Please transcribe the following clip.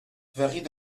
varient